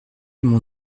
mon